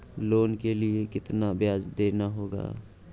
Loan के लिए कितना ब्याज देना होगा?